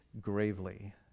gravely